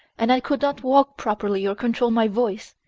and i could not walk properly or control my voice.